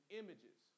images